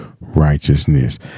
righteousness